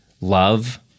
love